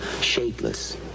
shapeless